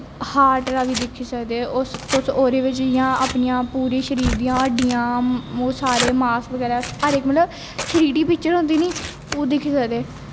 heart दा बी दिक्खी सकदे उस तुस ओह्दे बिच्च जियां अपने पूरे शरीर दियां हड्डियां ओह् सारे मास बगैरा हर इक मतलब थ्री डी पिक्चर होंदी नी ओह् दिक्खी सकदे